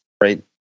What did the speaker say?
right